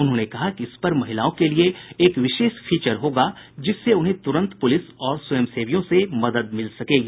उन्होंने कहा कि इस पर महिलाओं के लिए एक विशेष फीचर होगा जिससे उन्हें तुरंत पुलिस और स्वयंसेवियों से मदद मिल सकेगी